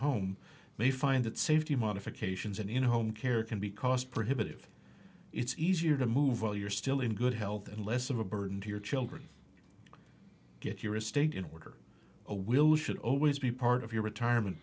home may find that safety modifications and in home care can be cost prohibitive it's easier to move while you're still in good health and less of a burden to your children get your estate in order a will should always be part of your retirement